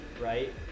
right